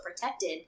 protected